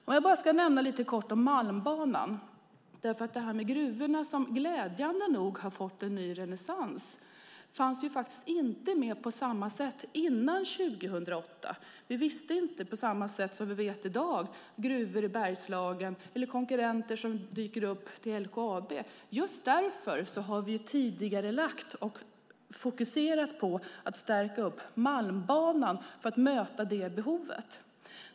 Jag ska bara nämna lite kort om Malmbanan. Gruvorna, som glädjande nog har fått en renässans, fanns faktiskt inte med på samma sätt innan 2008. Vi visste inte på samma sätt som vi vet i dag att gruvor i Bergslagen eller konkurrenter till LKAB skulle dyka upp. Just därför har vi tidigarelagt och fokuserat på att stärka upp Malmbanan för att möta det behovet.